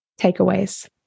Takeaways